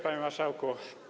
Panie Marszałku!